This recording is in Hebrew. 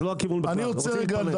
מתומצת.